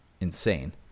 insane